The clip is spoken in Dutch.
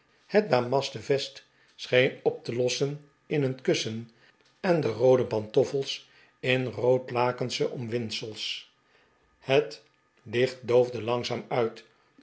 het damasten vest scheen op te lossen in een kussen en de roode pantoffels in roodlakensche omwindsels het licht doofde langzaam uit